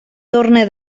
torne